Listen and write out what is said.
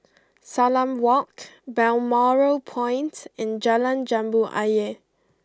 Salam Walk Balmoral Point and Jalan Jambu Ayer